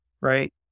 right